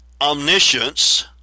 omniscience